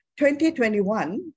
2021